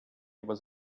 was